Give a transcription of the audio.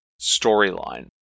storyline